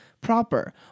proper